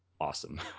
awesome